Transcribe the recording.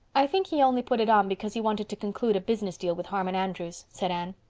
i think he only put it on because he wanted to conclude a business deal with harmon andrews, said anne.